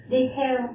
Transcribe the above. Detail